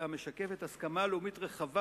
המשקפת הסכמה לאומית רחבה,